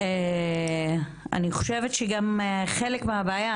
אני חושבת שגם חלק מהבעיה,